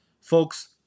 Folks